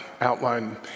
outline